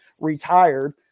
retired